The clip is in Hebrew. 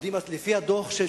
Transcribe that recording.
לפי הדוח,